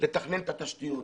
לתכנן את התשתיות.